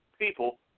people